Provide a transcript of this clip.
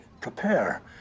prepare